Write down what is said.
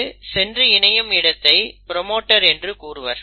இது சென்று இணையும் இடத்தை ப்ரோமோட்டர் என்று கூறுவர்